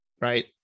right